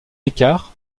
écart